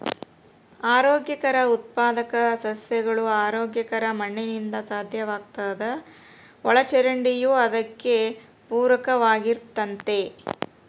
ಆರೋಗ್ಯಕರ ಉತ್ಪಾದಕ ಸಸ್ಯಗಳು ಆರೋಗ್ಯಕರ ಮಣ್ಣಿನಿಂದ ಸಾಧ್ಯವಾಗ್ತದ ಒಳಚರಂಡಿಯೂ ಅದಕ್ಕೆ ಪೂರಕವಾಗಿರ್ತತೆ